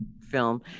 film